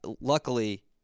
luckily